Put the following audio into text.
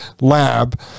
lab